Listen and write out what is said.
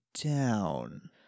down